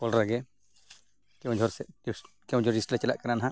ᱠᱚᱞ ᱨᱮᱜᱮ ᱠᱮᱣᱡᱷᱳᱨ ᱥᱮᱫ ᱠᱮᱣᱡᱷᱳᱨ ᱰᱤᱥᱴᱨᱤᱠ ᱞᱮ ᱪᱟᱞᱟᱜ ᱠᱟᱱᱟ ᱱᱟᱦᱟᱸᱜ